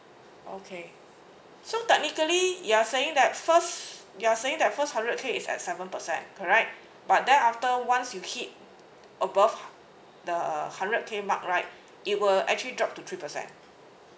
okay so technically you're saying that first you're saying that first hundred K is at seven percent correct but then after once you keep above the hundred K mark right it will actually drop to three percent